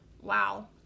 wow